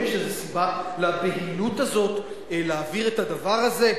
האם יש איזה סיבה לבהילות הזאת להעביר את הדבר הזה?